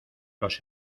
los